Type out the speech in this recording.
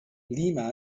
lima